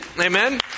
Amen